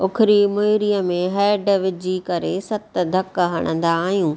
उखरी मुहिरीअ में हैड विझी करे सत धक हणंदा आहियूं